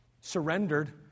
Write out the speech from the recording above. surrendered